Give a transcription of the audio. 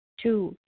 Two